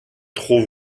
trop